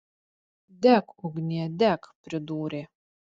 dek ugnie dek pridūrė